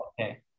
okay